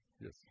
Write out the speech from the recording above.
Yes